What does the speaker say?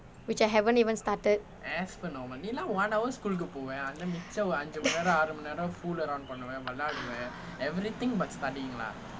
which I haven't even started